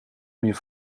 meer